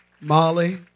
Molly